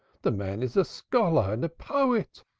the man is a scholar and a poet,